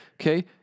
Okay